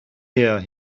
here